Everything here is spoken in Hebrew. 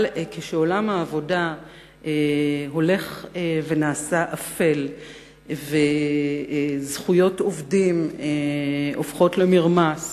אבל כשעולם העבודה הולך ונעשה אפל וזכויות עובדים הופכות למרמס,